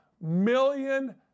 million